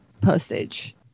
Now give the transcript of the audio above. postage